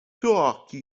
taki